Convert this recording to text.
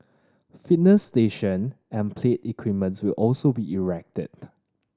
fitness station and play equipments will also be erected